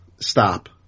stop